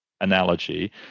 analogy